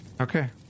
okay